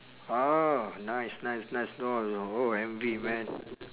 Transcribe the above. orh nice nice nice know oh envy man